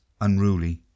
unruly